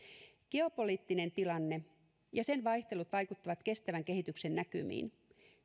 geopoliittinen tilanne ja sen vaihtelut vaikuttavat kestävän kehityksen näkymiin